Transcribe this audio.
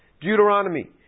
Deuteronomy